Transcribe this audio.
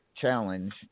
challenge